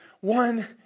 one